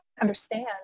understand